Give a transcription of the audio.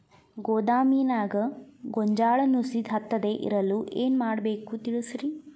ಗೋದಾಮಿನ್ಯಾಗ ಗೋಂಜಾಳ ನುಸಿ ಹತ್ತದೇ ಇರಲು ಏನು ಮಾಡಬೇಕು ತಿಳಸ್ರಿ